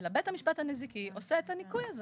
אלא בית המשפט הנזיקי עושה את הניכוי הזה